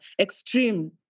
extreme